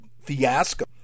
fiasco